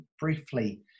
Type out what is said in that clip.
briefly